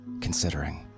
considering